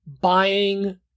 buying